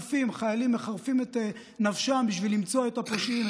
חיילים היו מחרפים את נפשם בשביל למצוא את הפושעים,